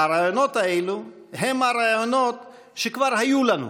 והרעיונות האלה הם הרעיונות שכבר היו לנו.